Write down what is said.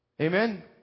Amen